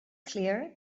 clear